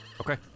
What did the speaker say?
Okay